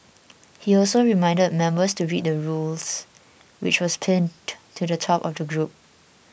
he also reminded members to read the rules which was pinned to the top of the group